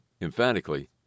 emphatically